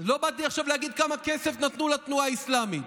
לא באתי עכשיו להגיד כמה כסף נתנו לתנועה האסלאמית.